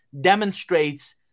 demonstrates